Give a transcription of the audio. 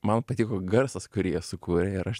man patiko garsas kurį jie sukūrė ir aš